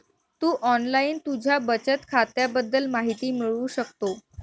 तू online तुझ्या बचत खात्याबद्दल माहिती मिळवू शकतो